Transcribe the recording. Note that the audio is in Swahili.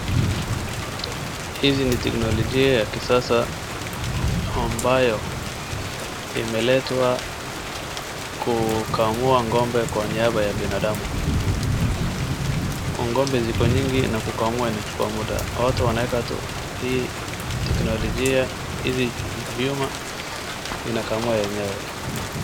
Hizi ni teknolojia ya kisasa ambayo imeletwa kukamua ng'ombe kwa niaba ya binadamu. Ng'ombe ziko mingi na kukamua inachukua muda, wanaweka tu hii teknolojia, hizi vyuma inakamua yenyewe.